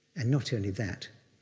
and not only that,